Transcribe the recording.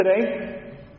today